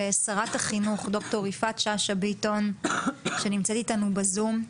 שרת החינוך יפעת שאשא ביטון נמצאת איתנו בזום.